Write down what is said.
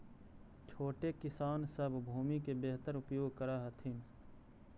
छोटे किसान सब भूमि के बेहतर उपयोग कर हथिन